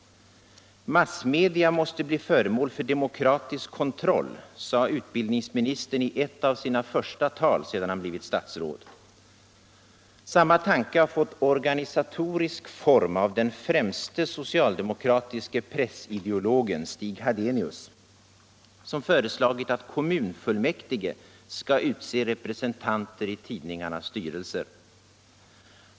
”Massmedia måste bli föremål för demokratisk kontroll”, sade utbildningsministern i ett av sina första tal sedan han blivit statsråd. Samma tanke har fått organisatorisk form av den främste socialdemokratiske pressideologen, Stig Hadenius, som föreslagit att kommunfullmäktige skall utse representanter i tidningarnas styrelser.